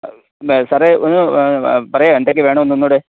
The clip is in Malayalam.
സാറെ ഒന്ന് പറയുമോ എന്തൊക്കെ വേണമെന്ന് ഒന്നുകൂടെ